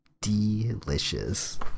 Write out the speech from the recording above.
delicious